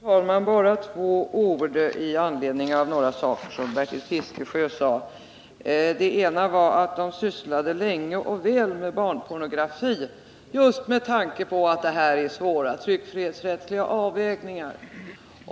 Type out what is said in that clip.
Fru talman! Bara några få ord med anledning av det som Bertil Fiskesjö sade. Han framhöll att man hade arbetat länge och väl med frågan om barnpornografi, med tanke på att det där gällde svåra tryckfrihetsrättsliga avvägningar.